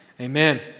Amen